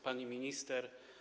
Pani Minister!